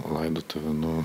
laidotuvių nu